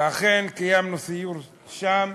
ואכן קיימנו סיור שם,